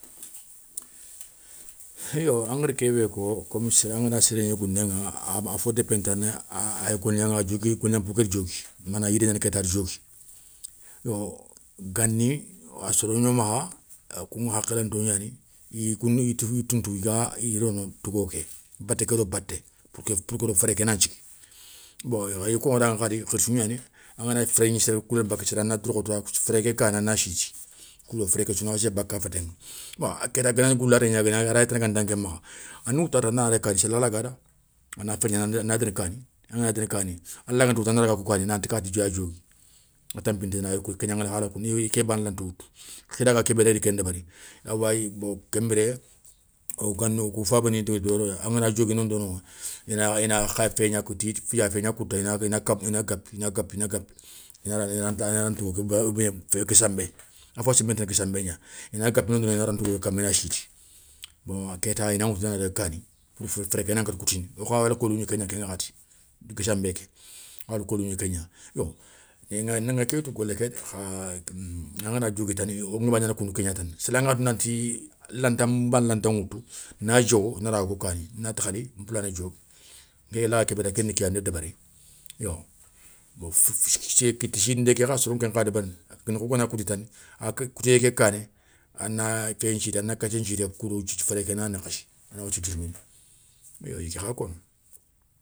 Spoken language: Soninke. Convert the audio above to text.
Yo angada ké bé ko komi séré angana séré gni gouné ŋa a fo dépé ntani aya golgnaŋa golgna fo kéda diogui, mana yidé gnani kéta a da diogui, gani a soro gno makha kou ŋa hakhilanto gnani kouŋa yitou ntou i ga i rono tougo ké baté kédo baté, pour kédo féré kénan thigui, bon i ya koŋo daŋa khadi khirsou gnani, anganagni féré couléne baka séré a na dourkhoto féré ké kané a na sitti, koudo féré ké sou na wassé baka fété, bon kéta ganagni gou laté gna guéni a ray tana ganta nké makha, a na woutouwata anda na daga, kani séla la gada. Ana féré gna ana déné kani, angana déni kani, alaganta woutou a na daga ko kani, nanti kati dé a diogui, a tanpinté gnani ay kegnan alhala, i ké bané ranta woutou, khi raga kébéda i da ken débéri. Awayi bon ken biré gani wo kou fabani wada wori angana diogui non donoŋa, ina ina khar féyé gna koutou yit yafé gna koutouta ina kanbou, ina gapi, ina gapi, ina gapi ina rga ina ra ntougo ké, oubine féyé gassambé, a fo senbenté gassambé gna ina gapi nondono ina ran tougo ké kamma ina sitti. bon ketta i na ŋoutou ida na daga kani, féré kana kata koutini yo kha a lécolou gni kégna ke ŋakhati gassambé ké, alcolou gni kégna. Yo ŋa kétou golé ké dé kha angana diogui tani wongaba gnana koundou ké gna tane, séla nga tou nanti lanta nbané lanta ŋoutou na diowo na daga ko kani. Nati khali npoulané diogui, nké laga kébé da nda débéri yo kitti sitindé ké kha soroŋa kenkha débérini ina fota koutou tani koutouyé ké kané a na féyé nthiti, ana kathié nthitéye koudo féré ké na nakhassi a na wassé yo iya ké kha kono dé.